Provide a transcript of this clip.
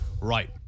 Right